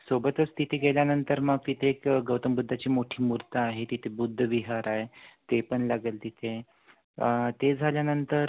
सोबतच तिथे गेल्यानंतर मग तिथे एक गौतम बुद्धाची मोठी मूर्त आहे तिथे बुद्ध विहार आहे ते पण लागेल तिथे ते झाल्यानंतर